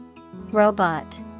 Robot